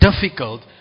difficult